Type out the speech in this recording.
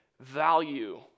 value